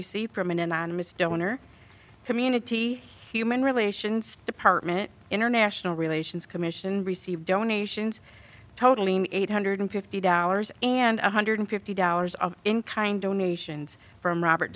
received from an anonymous donor community human relations department international relations commission received donations totaling eight hundred fifty dollars and one hundred fifty dollars are in kind donations from robert